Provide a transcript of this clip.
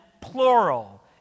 plural